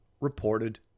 reported